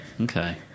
Okay